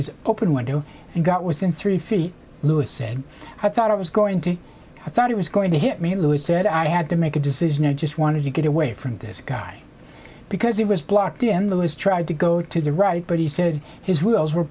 his open window and got was in three feet lewis said i thought i was going to i thought he was going to hit me lewis said i had to make a decision i just wanted to get away from this guy because he was blocked in the least tried to go to the right but he said his words were